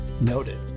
Noted